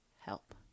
help